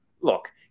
look –